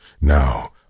now